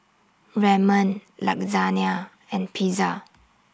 Ramen Lasagna and Pizza